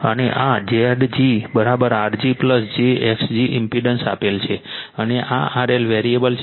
અને આ Zg Rg j xg impedance આપેલ છે અને આ RL વેરીએબલ છે